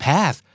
Path